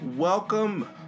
Welcome